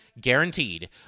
guaranteed